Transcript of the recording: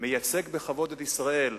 מייצג בכבוד את ישראל,